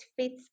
fits